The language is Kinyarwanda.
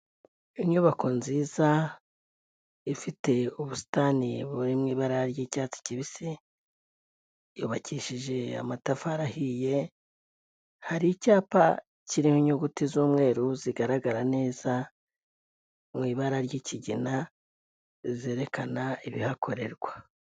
Inyubako nziza, ifite ubusitani buri mu ibara ry'icyatsi kibisi, yubakishije amatafari ahiye, hari icyapa kiriho inyuguti z'umweru zigaragara neza, mu ibara ry'ikigina, zerekana ibihakorerwa.